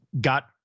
got